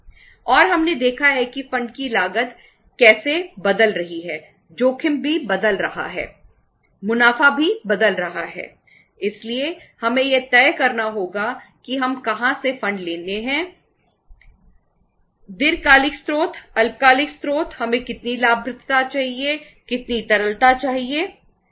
और हमने देखा है कि फंड लेने हैं दीर्घकालिक स्त्रोत अल्पकालिक स्त्रोत हमें कितनी लाभप्रदता चाहिए कितनी तरलता चाहिए